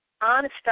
honest